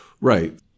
Right